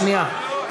שנייה,